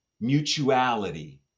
Mutuality